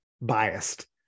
biased